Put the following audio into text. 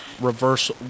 reverse